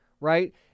right